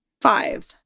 five